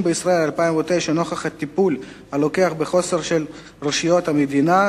בישראל נוכח הטיפול הלוקה בחסר של רשויות המדינה,